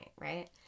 right